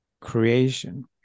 creation